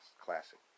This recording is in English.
classic